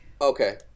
Okay